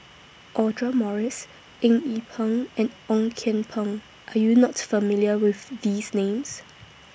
Audra Morrice Eng Yee Peng and Ong Kian Peng Are YOU not familiar with These Names